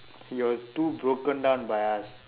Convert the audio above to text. he was too broken down by us